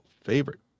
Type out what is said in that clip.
Favorite